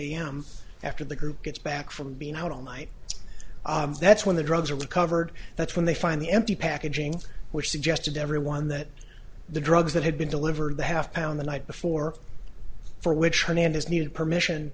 am after the group gets back from being out all night that's when the drugs are recovered that's when they find the empty packaging which suggested everyone that the drugs that had been delivered the half pound the night before for which hernandez needed permission